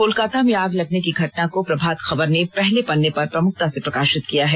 कोलकाता में आग लगने की घटना को प्रभात खबर ने पहले पन्ने पर प्रमुखता से प्रकाशित किया है